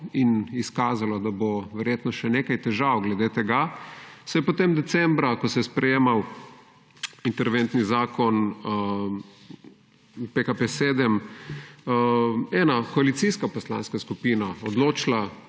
in izkazalo, da bo verjetno še nekaj težav glede tega, se je potem decembra, ko se je sprejemal interventni zakon PKP-7, ena koalicijska poslanska skupina odločila,